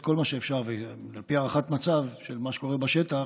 כל מה שאפשר על פי הערכת מצב של מה שקורה בשטח.